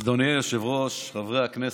אדוני היושב-ראש, חברי הכנסת,